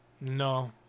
No